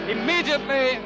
Immediately